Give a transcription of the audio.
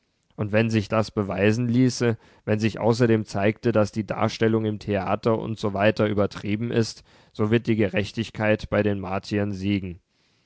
und wenn sich das beweisen ließe wenn sich außerdem zeigte daß die darstellung im theater und so weiter übertrieben ist so wird die gerechtigkeit bei den martiern siegen